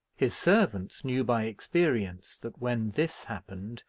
his servants knew by experience that, when this happened,